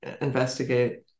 investigate